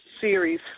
series